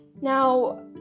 Now